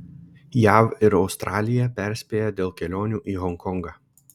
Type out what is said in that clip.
jav ir australija perspėja dėl kelionių į honkongą